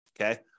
Okay